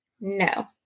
No